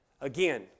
Again